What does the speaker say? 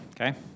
Okay